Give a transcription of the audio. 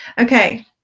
Okay